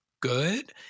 good